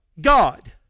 God